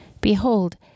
Behold